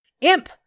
Imp